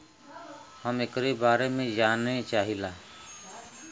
हम एकरे बारे मे जाने चाहीला?